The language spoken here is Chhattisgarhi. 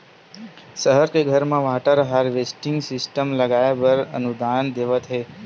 सहर के घर म वाटर हारवेस्टिंग सिस्टम लगवाए बर अनुदान देवत हे